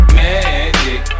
magic